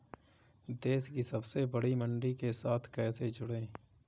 देश की सबसे बड़ी मंडी के साथ कैसे जुड़ें?